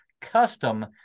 custom